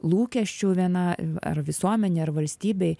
lūkesčių viena ar visuomenei ar valstybei